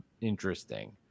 interesting